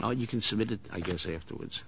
now you can submit it i guess afterwards